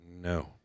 No